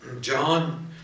John